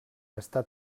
està